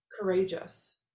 courageous